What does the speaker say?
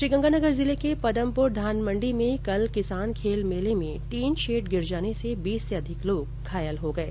श्रीगंगानगर जिले के पदमपुर धानमंडी में कल किसान खेल मेले में टीन शेड गिर जाने से बीस से अधिक लोग घायल हो गये